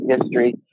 history